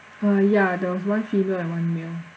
uh ya there was one female and one male